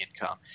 income